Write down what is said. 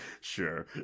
sure